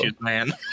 man